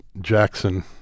Jackson